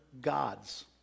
gods